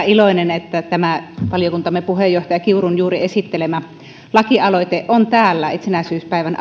iloinen että tämä valiokuntamme puheenjohtaja kiurun juuri esittelemä laki aloite on täällä itsenäisyyspäivän